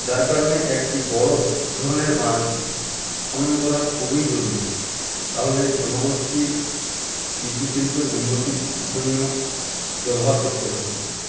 যার কারণে একটি বড়ো ধরনের বাঁধ খনন করা খুবই জরুরি তাহলে জনগোষ্ঠী কৃষিশিল্পের উন্নতির জন্য ব্যবহার করতে পারবে